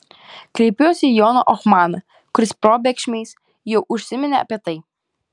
kreipiuosi į joną ohmaną kuris probėgšmais jau užsiminė apie tai